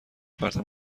پرتم